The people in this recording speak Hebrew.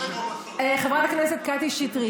חברת הכנסת קטי שטרית,